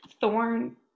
Thorn